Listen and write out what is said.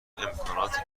امکانات